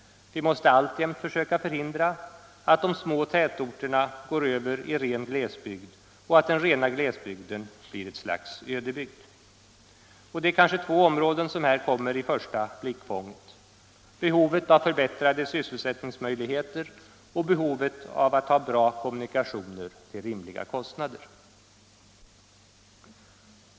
Vi måste alltjämt försöka förhindra att de små tätorterna går över i ren glesbygd och att den rena glesbygden blir ett slags ödebygd. Det är kanske två områden som här kommer i första blickfånget: behovet av förbättrade sysselsättningsmöjligheter och behovet av goda kommunikationer till rimliga kostnader.